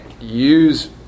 use